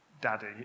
daddy